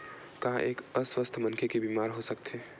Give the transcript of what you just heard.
का एक अस्वस्थ मनखे के बीमा हो सकथे?